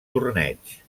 torneig